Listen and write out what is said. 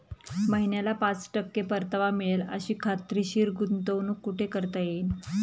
महिन्याला पाच टक्के परतावा मिळेल अशी खात्रीशीर गुंतवणूक कुठे करता येईल?